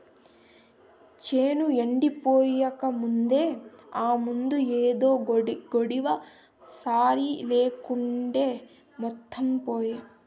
చేను ఎండిపోకముందే ఆ మందు ఏదో కొడ్తివా సరి లేకుంటే మొత్తం పాయే